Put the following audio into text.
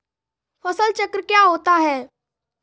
फसल चक्र क्या होता है?